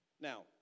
Now